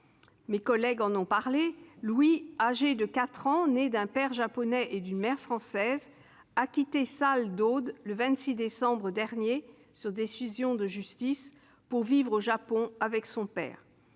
précédents l'ont évoqué, Louis, âgé de 4 ans, né d'un père japonais et d'une mère française, a quitté Salles-d'Aude le 26 décembre dernier sur décision de justice pour vivre au Japon avec son père.